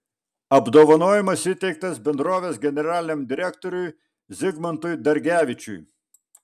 apdovanojimas įteiktas bendrovės generaliniam direktoriui zigmantui dargevičiui